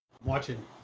Watching